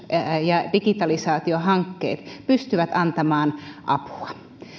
ja digitalisaatiohankkeet pystyvät antamaan apua